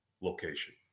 location